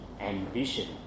ambition